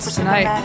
tonight